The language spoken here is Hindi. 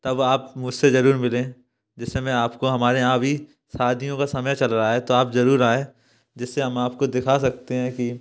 तब आप मुझसे जरूर मिलें जिससे मैं आपको हमारे यहाँ भी शादियों का समय चल रहा है तो आप जरूर आएं जिससे हम आपको दिखा सकते हैं कि